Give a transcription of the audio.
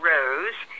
Rose